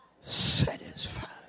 satisfied